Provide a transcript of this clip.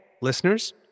listeners